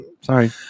Sorry